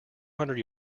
hundred